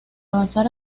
avanzar